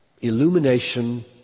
illumination